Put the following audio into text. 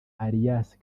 alias